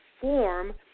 form